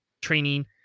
training